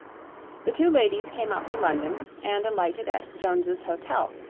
the two ladies came up to london and alighted at jones's hotel,